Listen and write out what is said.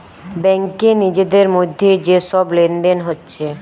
ব্যাংকে নিজেদের মধ্যে যে সব লেনদেন হচ্ছে